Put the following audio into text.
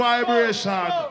Vibration